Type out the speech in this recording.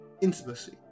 intimacy